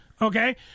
Okay